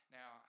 Now